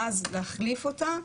ואז להחליף אותה,